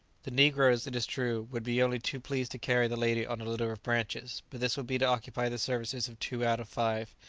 the negroes, it is true, would be only too pleased to carry the lady on a litter of branches, but this would be to occupy the services of two out of five,